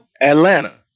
Atlanta